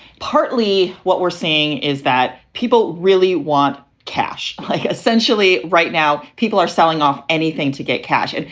partly what we're seeing is that people really want cash, like essentially. right now, people are selling off anything to get cash. and